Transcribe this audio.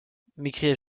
m’écriai